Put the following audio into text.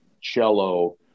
cello